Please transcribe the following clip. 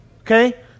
okay